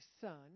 son